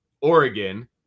Oregon